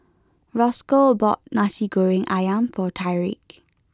Roscoe bought Nasi Goreng Ayam for Tyrique